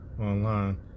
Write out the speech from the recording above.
online